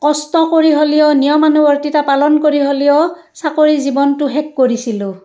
কষ্ট কৰি হ'লিও নিয়মানুৱৰ্তিতা পালন কৰি হ'লিও চাকৰি জীৱনটো শেষ কৰিছিলোঁ